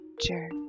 jerk